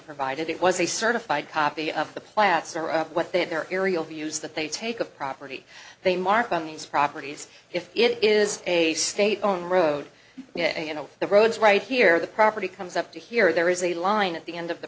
provided it was a certified copy of the plaster of what they had their aerial views that they take a property they mark on these properties if it is a state owned road you know the roads right here the property comes up to here there is a line at the end of the